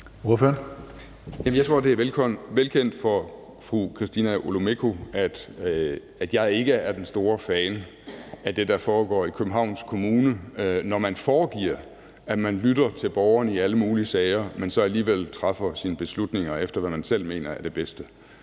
jeg tror, det er velkendt for fru Christina Olumeko, at jeg ikke er den store fan af det, der foregår i Københavns Kommune, når man foregiver, at man lytter til borgerne i alle mulige sager, men så alligevel træffer sine beslutninger efter, hvad man selv mener er det bedste.